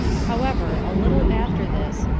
however, a little after this,